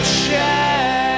change